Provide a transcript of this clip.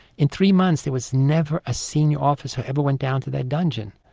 in three months there was never a senior officer ever went down to that dungeon.